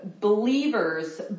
believers